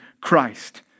Christ